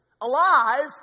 alive